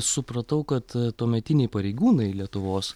supratau kad tuometiniai pareigūnai lietuvos